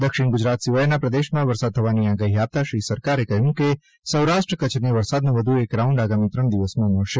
દક્ષિણ ગુજરાત સિવાયના પ્રદેશમાં વરસાદ થવાની આગાહી આપતા શ્રી સરકારે કહ્યું છે કે સૌરાષ્ટ્ર કચ્છને વરસાદનો વધુ એક રાઉન્ડ આગામી ત્રણ દિવસમાં મળશે